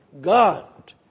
God